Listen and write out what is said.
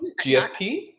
GSP